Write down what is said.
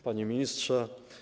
Panie Ministrze!